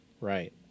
right